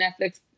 Netflix